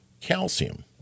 calcium